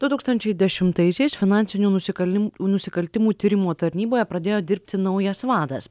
du tūkstančiai dešimtaisiais finansinių nusikaltimų nusikaltimų tyrimų tarnyboje pradėjo dirbti naujas vadas